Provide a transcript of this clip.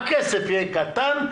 הכסף יהיה קטן?